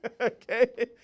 Okay